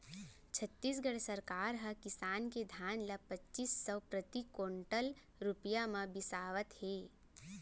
छत्तीसगढ़ सरकार ह किसान के धान ल पचीस सव प्रति कोंटल रूपिया म बिसावत हे